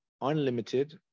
unlimited